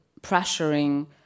pressuring